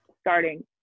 starting